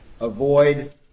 avoid